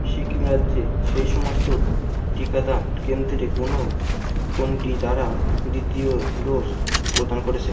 সিকিম রাজ্যে সেই সমস্ত টিকাদান কেন্দ্রে কোনো কোনটি যারা দ্বিতীয় ডোজ প্রদান করেছে